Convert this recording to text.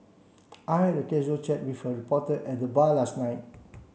I had a casual chat with a reporter at the bar last night